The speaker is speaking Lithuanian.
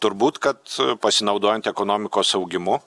turbūt kad pasinaudojant ekonomikos augimu